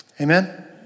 Amen